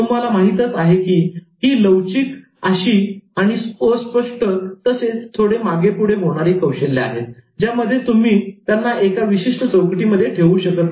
तुम्हाला माहीतच आहे की ही अशी लवचिक आणि अस्पष्ट तसेच थोडे मागे पुढे होणारी कौशल्य आहेत ज्यामध्ये तुम्ही त्यांना एका विशिष्ट चौकटीमध्ये ठेवू शकत नाही